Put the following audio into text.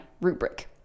rubric